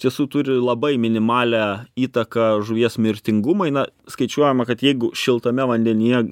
tiesų turi labai minimalią įtaką žuvies mirtingumui na skaičiuojama kad jeigu šiltame vandenyje